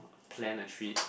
plan a trip